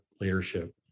leadership